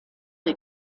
des